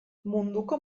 munduko